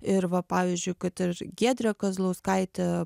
ir va pavyzdžiui kad ir giedrė kazlauskaitė